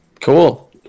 Cool